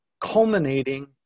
culminating